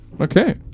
Okay